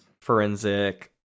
Forensic